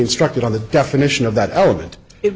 instructed on the definition of that element it